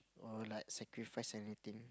or like sacrifice anything